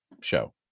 show